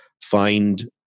find